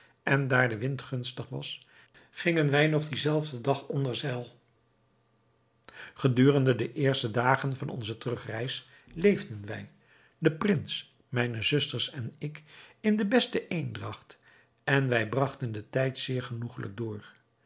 en daar de wind gunstig was gingen wij nog dien zelfden dag onder zeil gedurende de eerste dagen van onze terugreis leefden wij de prins mijne zusters en ik in de beste eendragt en wij bragten den tijd zeer genoegelijk door